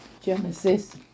genesis